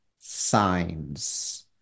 signs